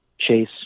chase